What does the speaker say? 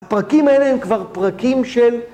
הפרקים האלה הם כבר פרקים של...